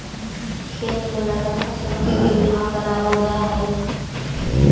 खेत में लगल फसल के भी बीमा करावाल जा हई